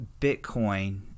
Bitcoin